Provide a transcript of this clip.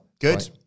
good